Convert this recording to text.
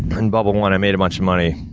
in bubble one, i made a bunch of money,